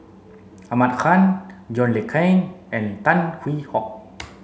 Ahmad Khan John Le Cain and Tan Hwee Hock